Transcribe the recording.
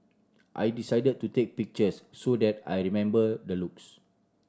I decided to take pictures so that I remember the looks